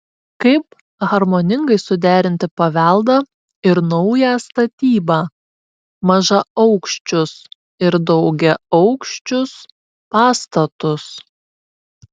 kaip harmoningai suderinti paveldą ir naują statybą mažaaukščius ir daugiaaukščius pastatus